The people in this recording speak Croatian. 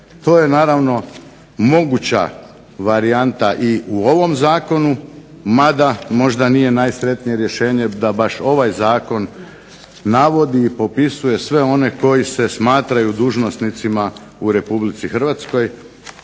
to je naravno moguća varijanta i u ovom Zakonu mada možda nije najsretnije rješenje da ovaj zakon navodi i popisuje sve one koji se smatraju dužnosnicima u Republici Hrvatskoj